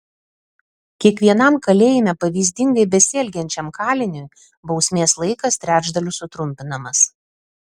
kiekvienam kalėjime pavyzdingai besielgiančiam kaliniui bausmės laikas trečdaliu sutrumpinamas